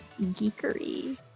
geekery